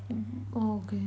mmhmm oh okay